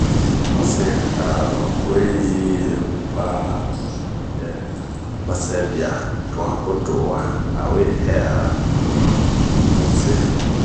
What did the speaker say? Mu se ahh oweyi ba sɛbiatuan o doua ,ao we hɛara ,bunse.